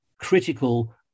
critical